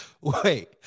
Wait